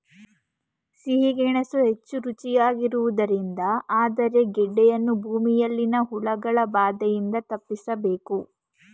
ಸಿಹಿ ಗೆಣಸು ಹೆಚ್ಚು ರುಚಿಯಾಗಿರುವುದರಿಂದ ಆದರೆ ಗೆಡ್ಡೆಯನ್ನು ಭೂಮಿಯಲ್ಲಿನ ಹುಳಗಳ ಬಾಧೆಯಿಂದ ತಪ್ಪಿಸಬೇಕು